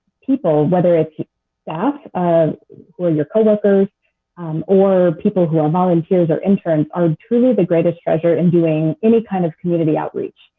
people, whether it's staff or your cocoworkers um or people who are volunteers or interns, are truly the greatest strawsh in doing any kind of community outreach.